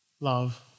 love